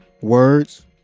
words